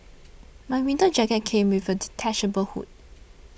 my winter jacket came with a detachable hood